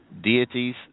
deities